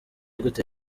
gute